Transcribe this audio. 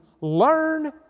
learn